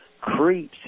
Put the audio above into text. creeps